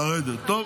לרדת.